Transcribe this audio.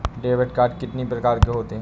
Debit card कितनी प्रकार के होते हैं?